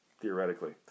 theoretically